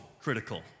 critical